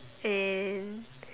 and